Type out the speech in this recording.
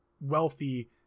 wealthy